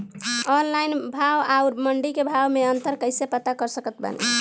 Online भाव आउर मंडी के भाव मे अंतर कैसे पता कर सकत बानी?